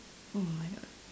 oh my god